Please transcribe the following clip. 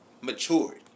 matured